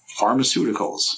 Pharmaceuticals